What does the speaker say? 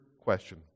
question